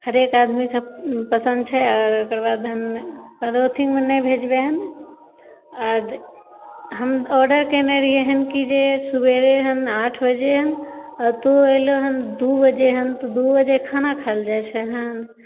हरेक आदमीके पसन्द छै आओर ओकर बाद हँ पॉलिथिनमे नहि भेजबै हँ आओर हम ऑडर कएने रहिए हँ कि जे सबेरे हँ आठ बजे आओर तोँ अएलऽ हँ दुइ बजे हँ तऽ दुइ बजे खाना खाएल जाए छै हँ